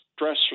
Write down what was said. stress